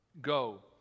Go